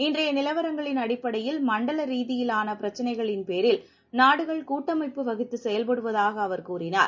இன்றைய நிலவரங்களின் அடிப்படையில் மண்டல ரீதியிலான பிரச்னைகளின் பேரில் நாடுகள் கூட்டமைப்பு வகித்து செயல்படுவதாக அவர் கூறினார்